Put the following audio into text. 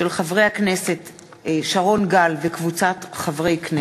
מאת חברי הכנסת שרון גל, סופה לנדבר,